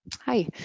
Hi